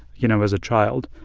you know, as a child,